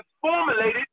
formulated